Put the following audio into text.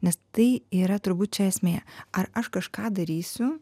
nes tai yra turbūt čia esmė ar aš kažką darysiu